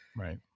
Right